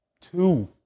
two